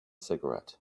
cigarette